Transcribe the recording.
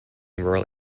rural